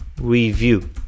review